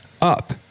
up